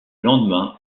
lendemain